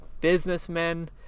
businessmen